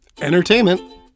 entertainment